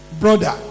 brother